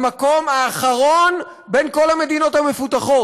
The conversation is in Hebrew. במקום האחרון בין כל המדינות המפותחות.